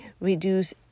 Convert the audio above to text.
reduce